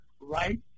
right